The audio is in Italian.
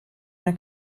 una